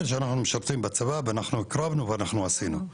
שאנחנו משרתים בצבא ואנחנו הקרבנו ועשינו.